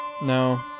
No